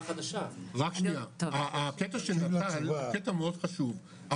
הקטע של נט"ל הוא קטע מאוד חשוב,